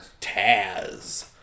Taz